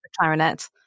clarinet